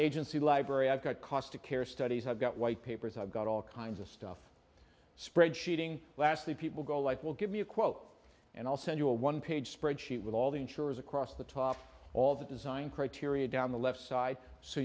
gency library i've got cost of care studies i've got white papers i've got all kinds of stuff spread sheet ing lastly people go like will give me a quote and i'll send you a one page spread sheet with all the insurers across the top all the design criteria down the left side so